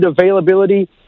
availability